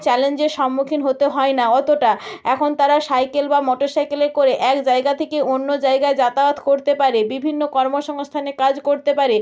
চ্যালেঞ্জের সম্মুখীন হতে হয় না অতটা এখন তারা সাইকেল বা মোটরসাইকেলে করে এক জায়গা থেকে অন্য জায়গায় যাতায়াত করতে পারে বিভিন্ন কর্মসংস্থানে কাজ করতে পারে